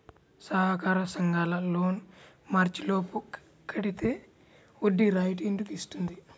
సహకార సంఘాల లోన్ మార్చి లోపు కట్టితే వడ్డీ రాయితీ ఎందుకు ఇస్తుంది?